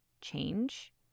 change